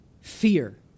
fear